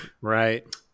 right